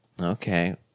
Okay